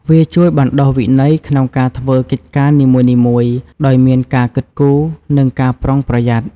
វាជួយបណ្ដុះវិន័យក្នុងការធ្វើកិច្ចការនីមួយៗ ដោយមានការគិតគូរ និងការប្រុងប្រយ័ត្ន។